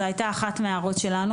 זו הייתה אחת מההערות שלנו,